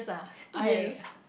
yes